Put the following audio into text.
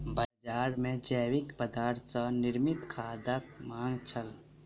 बजार मे जैविक पदार्थ सॅ निर्मित खादक मांग छल